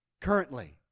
currently